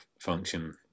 function